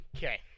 Okay